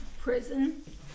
Prison